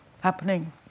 happening